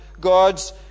God's